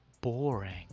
boring